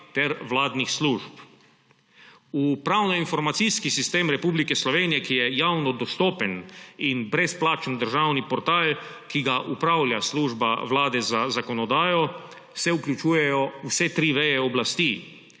ter vladnih služb. V pravno-informacijski sistem Republike Slovenije, ki je javno dostopen in brezplačen državni portal, ki ga upravlja Služba vlade za zakonodajo, se vključujejo vse tri veje oblasti.